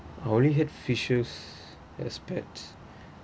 I only had fishes as pets